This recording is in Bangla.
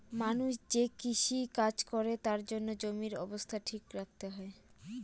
মানুষ যে কৃষি কাজ করে তার জন্য জমির অবস্থা ঠিক রাখতে হয়